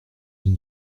une